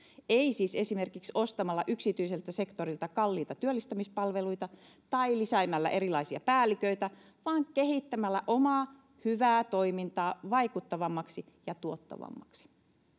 ei siis esimerkiksi ostamalla yksityiseltä sektorilta kalliita työllistämispalveluita tai lisäämällä erilaisia päälliköitä vaan kehittämällä omaa hyvää toimintaa vaikuttavammaksi ja tuottavammaksi